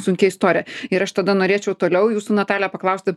sunki istorija ir aš tada norėčiau toliau jūsų natalija paklausti